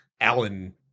Alan